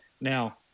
Now